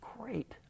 great